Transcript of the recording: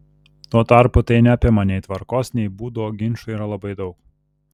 tuo tarpu tai neapima nei tvarkos nei būdų o ginčų yra labai daug